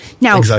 Now